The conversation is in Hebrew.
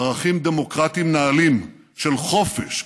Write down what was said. ערכים דמוקרטיים נעלים של חופש,